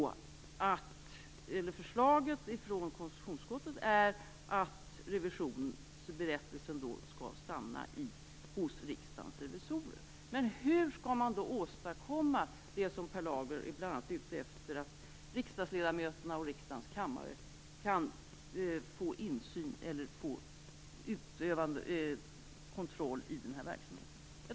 Förslaget från konstitutionsutskottet är att revisionsberättelsen skall stanna hos Riksdagens revisorer. Men hur skall man då åstadkomma det som Per Rosengren bl.a. är ute efter, att riksdagsledamöterna och riksdagens kammare får insyn och kan utöva kontroll över den här verksamheten?